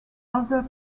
other